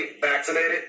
vaccinated